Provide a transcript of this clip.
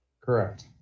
correct